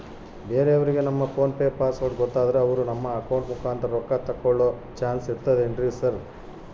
ಬೇರೆಯವರಿಗೆ ನಮ್ಮ PhonePe password ಗೊತ್ತಾದ್ರೆ ಅವರು ನಮ್ಮ ಅಕೌಂಟ್ ಮುಖಾಂತರ ರೊಕ್ಕ ತಕ್ಕೊಳ್ಳೋ ಚಾನ್ಸ್ ಇರ್ತದೆನ್ರಿ ಸರ್?